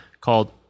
called